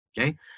okay